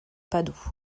padoue